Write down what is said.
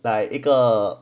like 一个